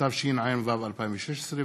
התשע"ו 2016,